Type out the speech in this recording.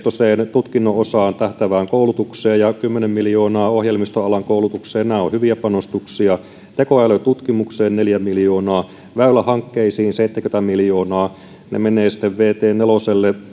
tutkinnonosaan tähtäävään koulutukseen ja ja kymmenen miljoonaa ohjelmistoalan koulutukseen nämä ovat hyviä panostuksia tekoälytutkimukseen neljä miljoonaa väylähankkeisiin seitsemänkymmentä miljoonaa ne menevät vt neljälle